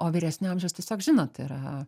o vyresnio amžiaus tiesiog žinot yra